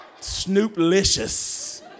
Snooplicious